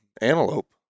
antelope